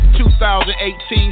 2018